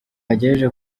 yagejeje